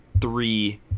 three